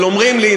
אבל אומרים לי,